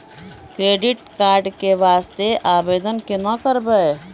Credit card के वास्ते आवेदन केना करबै?